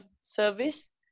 service